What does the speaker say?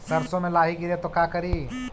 सरसो मे लाहि गिरे तो का करि?